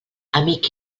amic